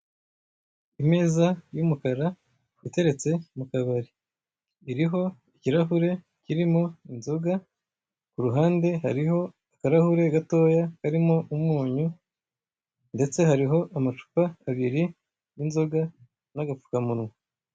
Imeza y'umukara iteretse mu kabari iriho ikirahure kirimo inzoga iruhande hariho akarahure gatoya karimo umunyu ndetse hariho amacupa y'inzoga n'agapfukamunwa.